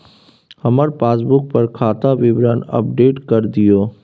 हमर पासबुक पर खाता विवरण अपडेट कर दियो